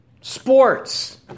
Sports